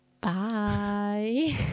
Bye